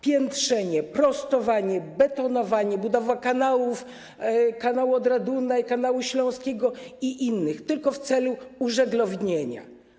Piętrzenie, prostowanie, betonowanie, budowa kanałów, kanału Odra - Dunaj, Kanału Śląskiego i innych, tylko w celu użeglownienia.